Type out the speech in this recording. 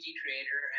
creator